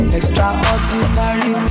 Extraordinary